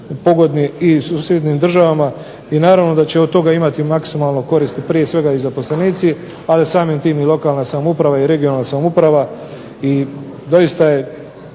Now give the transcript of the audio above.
pogodni i u SAD i naravno da će od toga imati maksimalno koristi prije svega i zaposlenici ali sam tim i lokalna i regionalna samouprava i dosita je